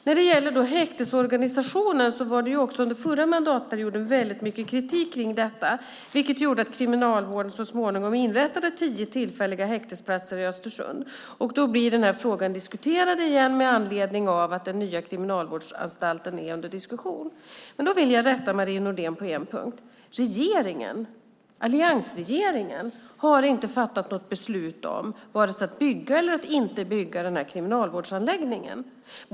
När det gäller häktesorganisationen kom det mycket kritik också under förra mandatperioden, vilket gjorde att Kriminalvården så småningom inrättade tio tillfälliga häktesplatser i Östersund. Frågan kom upp igen i och med att den nya kriminalvårdsanstalten var under diskussion. Jag vill rätta Marie Nordén på en punkt. Alliansregeringen har inte fattat något beslut om att bygga eller inte bygga någon kriminalvårdsanläggning.